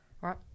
Right